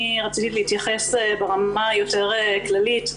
אני רציתי להתייחס ברמה היותר כללית,